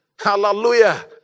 Hallelujah